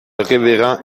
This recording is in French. révérend